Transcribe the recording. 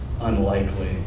unlikely